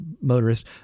motorist